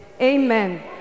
Amen